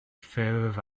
ffyrdd